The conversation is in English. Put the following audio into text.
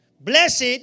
Blessed